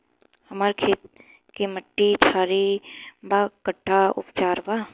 हमर खेत के मिट्टी क्षारीय बा कट्ठा उपचार बा?